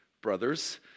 brothers